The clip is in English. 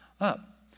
up